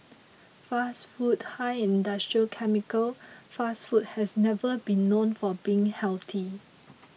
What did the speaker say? fast food high in industrial chemical fast food has never been known for being healthy